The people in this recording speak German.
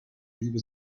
liebe